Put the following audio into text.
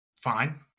fine